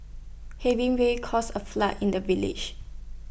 heavy rains caused A flood in the village